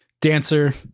dancer